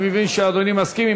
אני מבין שאדוני מסכים.